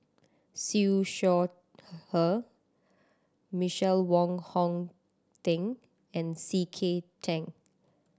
Siew Shaw Her Michael Wong Hong Teng and C K Tang